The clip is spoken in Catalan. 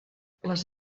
les